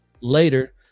later